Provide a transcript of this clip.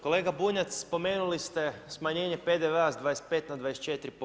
Kolega Bunjac, spomenuli ste smanjenje PDV-a s 25 na 24%